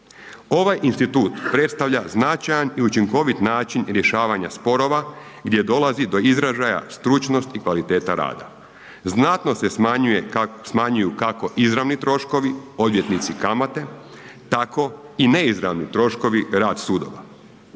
Ovaj institut predstavlja značajan i učinkovit način rješavanja sporova gdje dolazi do izražaja stručnost i kvaliteta rada. Znatno se smanjuje, smanjuju kako izravni troškovi odvjetnici, kamate, tako i neizravni troškovi rad sudova.